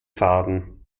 faden